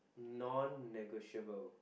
non negotiable